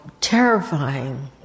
terrifying